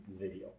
video